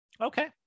Okay